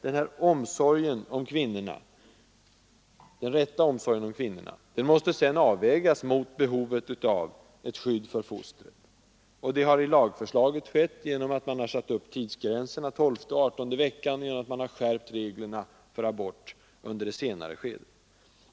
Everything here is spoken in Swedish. Den omsorgen om kvinnorna måste sedan avvägas mot behovet av ett skydd för fostret, och det har i lagförslaget skett genom tidsgränserna tolfte och adertonde veckan, och genom att reglerna för abort under det senare skedet skärpts.